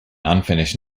unfinished